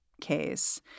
case